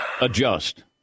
adjust